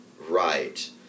right